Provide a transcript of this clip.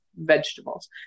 vegetables